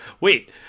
wait